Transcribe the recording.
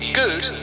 good